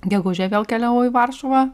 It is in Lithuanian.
gegužę vėl keliavau į varšuvą